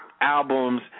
albums